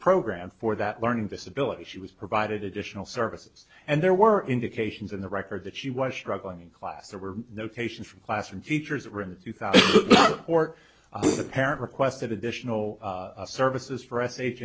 programmed for that learning disability she was provided additional services and there were indications in the record that she was struggling in class there were notations from classroom teachers were in two thousand or the parent requested additional services for s